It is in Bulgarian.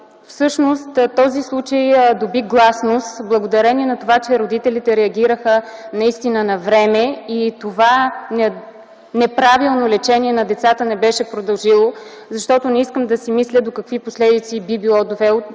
Всъщност този случай доби гласност благодарение на това, че родителите реагираха наистина навреме и това неправилно лечение на децата не беше продължило, защото не искам да си мисля до какви последици би довело